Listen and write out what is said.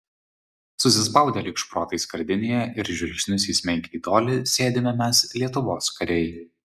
susispaudę lyg šprotai skardinėje ir žvilgsnius įsmeigę į tolį sėdime mes lietuvos kariai